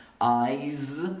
Eyes